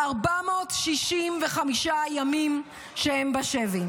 465 ימים הם בשבי.